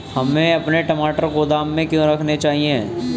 हमें अपने टमाटर गोदाम में क्यों रखने चाहिए?